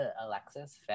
Alexis